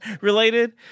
related